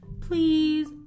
please